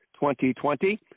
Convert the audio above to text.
2020